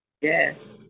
Yes